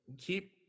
Keep